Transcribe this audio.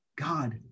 God